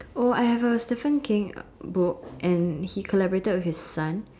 oh I have a Stephen-King book and he collaborated with his son